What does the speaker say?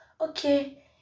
okay